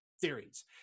theories